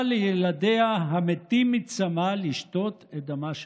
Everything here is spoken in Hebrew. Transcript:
לילדיה המתים מצמא לשתות את דמה שלה,